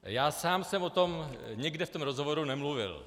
A já sám jsem o tom nikde v tom rozhovoru nemluvil.